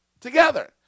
together